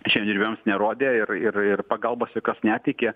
žemdirbiams nerodė ir ir ir pagalbos jokios neteikė